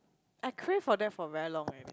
I crave for that for very long eh